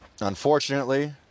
Unfortunately